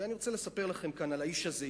ואני רוצה לספר לכם כאן על האיש הזה,